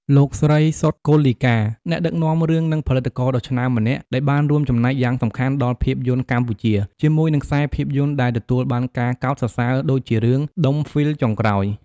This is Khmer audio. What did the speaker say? លោកស្រី សុទ្ធ គុលលីកា អ្នកដឹកនាំរឿងនិងផលិតករដ៏ឆ្នើមម្នាក់ ដែលបានរួមចំណែកយ៉ាងសំខាន់ដល់ភាពយន្តកម្ពុជា ជាមួយនឹងខ្សែភាពយន្តដែលទទួលបានការកោតសរសើរដូចជារឿង "ដុំហ្វីលចុងក្រោយ"។